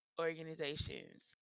organizations